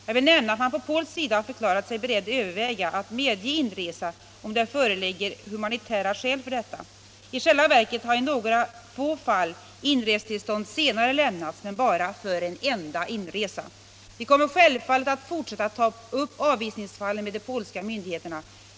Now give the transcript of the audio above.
Jag vill nämna att man på polsk sida har förklarat sig beredd överväga att medge inresa, om det föreligger humanitära skäl för detta. I själva verket har i några få fall inresetillstånd senare lämnats, men bara för en enda inresa. Vi kommer självfallet att fortsätta att ta upp avvisningsfallen med de polska myndigheterna.